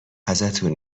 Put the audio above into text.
ازتون